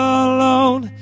alone